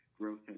growth